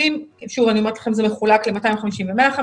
שוב, אני אומרת לכם, זה מחולק ל-250, ו-150.